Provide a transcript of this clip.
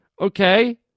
okay